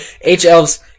H-Elves